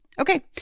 Okay